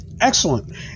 Excellent